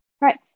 Right